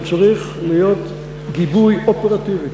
הוא צריך להיות גיבוי אופרטיבי.